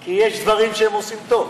כי יש דברים שעושים טוב.